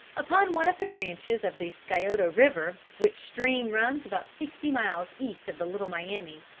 upon one of the branches of the scioto river, which stream runs about sixty miles east of the little miami,